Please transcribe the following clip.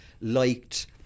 liked